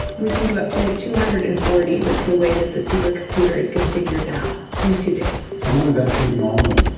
we can do up to two hundred and forty with the way that the supercomputer is configured now in two days. and what would that take normally?